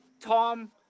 tom